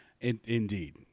Indeed